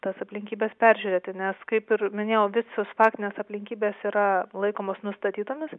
tas aplinkybes peržiūrėti nes kaip ir minėjau visos faktinės aplinkybės yra laikomos nustatytomis